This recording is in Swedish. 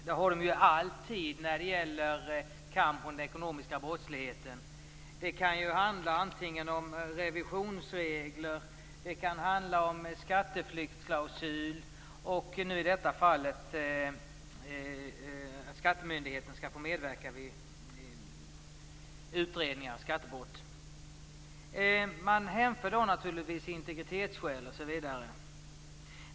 Det har de ju alltid när det gäller kampen mot den ekonomiska brottsligheten vare sig det handlar om revisionsregler, skatteflyktsklausuler eller, som i detta fall, att skattemyndigheten skall få medverka vid utredningar av skattebrott. Moderaterna hänvisar till integritetsskäl osv.